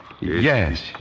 Yes